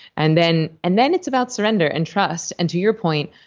and then and then it's about surrender and trust and, to your point,